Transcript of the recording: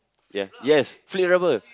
ya yes flip rubber